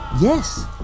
Yes